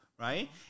right